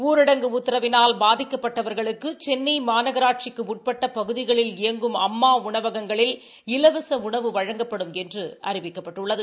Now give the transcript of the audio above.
ஊரடங்கு உத்தரவினால் பாதிக்கப்பட்டவர்களுக்கு சென்னை மாநகராட்சிக்கு உட்பட்ட பகுதிளில் இயங்கும் அம்மா உணவகங்களில் இவச உணவு வழங்கப்படும் என்று அறிவிக்கப்பட்டுள்ளது